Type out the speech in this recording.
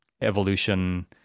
evolution